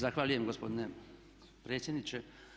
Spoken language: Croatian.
Zahvaljujem gospodine predsjedniče.